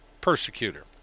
persecutor